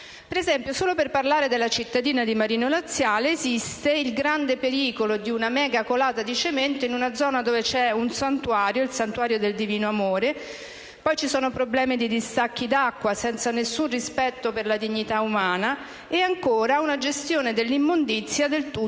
Ad esempio, solo per parlare della cittadina di Marino Laziale, esiste il grande pericolo di una megacolata di cemento in una zona in cui c'è un santuario, il Santuario del Divino amore; poi ci sono problemi di distacchi d'acqua, senza nessun rispetto per la dignità umana, e ancora, una gestione dell'immondizia del tutto